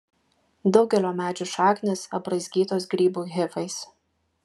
daugelio medžių šaknys apraizgytos grybų hifais